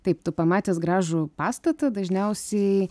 taip tu pamatęs gražų pastatą dažniausiai